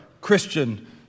Christian